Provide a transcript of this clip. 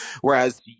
whereas